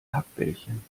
hackbällchen